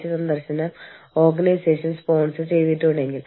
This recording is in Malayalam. ഈ മാനദണ്ഡങ്ങൾ എങ്ങനെ തീരുമാനിക്കും എന്ന് ആരാണ് തീരുമാനിക്കുക